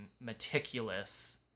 meticulous